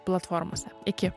platformose iki